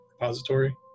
Repository